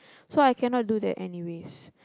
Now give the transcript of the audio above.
so I cannot do that anyways